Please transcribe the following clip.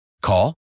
Call